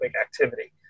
activity